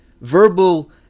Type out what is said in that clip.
verbal